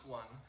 one